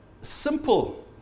simple